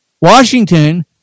Washington